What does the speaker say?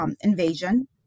invasion